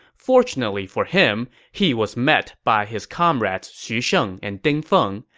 fortunately for him, he was met by his comrades xu sheng and ding feng,